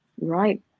Right